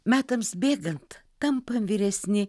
metams bėgant tampam vyresni